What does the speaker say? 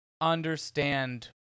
understand